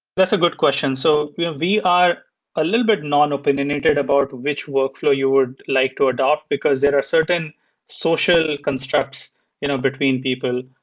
that's a good question. so we are a little bit non-open and ended about which workflow you would like to adapt, because there are certain social constructs you know between people.